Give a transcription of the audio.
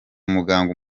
umuganga